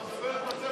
נתקבל.